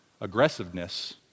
aggressiveness